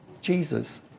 Jesus